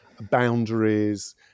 boundaries